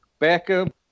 Beckham